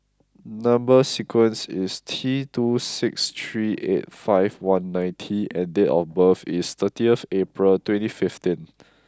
number sequence is T two six three eight five one nine T and date of birth is thirtieth April twenty fifteen